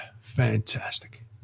fantastic